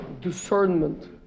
discernment